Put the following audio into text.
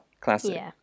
classic